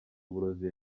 uburozi